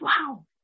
wow